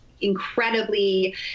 incredibly